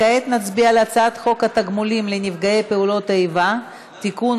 כעת נצביע על הצעת חוק התגמולים לנפגעי פעולות איבה (תיקון,